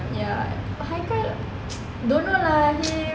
ya haikal don't know lah he